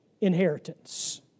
inheritance